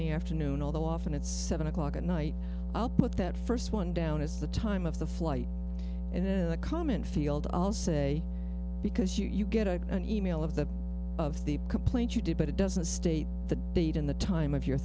the afternoon although often it's seven o'clock at night i'll put that first one down as the time of the flight and then the comment field i'll say because you get an email of the of the complaint you did but it doesn't state the date in the time of y